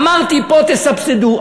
אמרתי: פה תסבסדו,